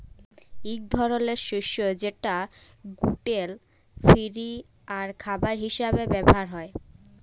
ইক ধরলের শস্য যেট গ্লুটেল ফিরি আর খাবার হিসাবে ব্যাভার হ্যয়